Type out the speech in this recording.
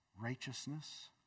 Righteousness